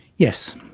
yes,